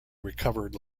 recovered